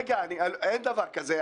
אין דבר כזה.